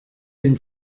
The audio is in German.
den